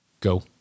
go